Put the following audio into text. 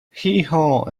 heehaw